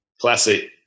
Classic